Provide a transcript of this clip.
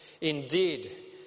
Indeed